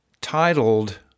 titled